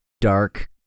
dark